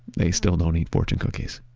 they still don't eat fortune cookies